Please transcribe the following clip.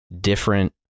different